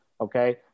okay